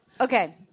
Okay